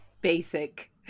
basic